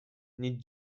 nic